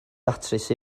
datrys